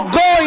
go